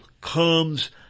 comes